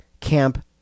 Camp